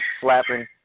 slapping